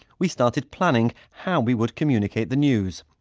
we started planning how we would communicate the news.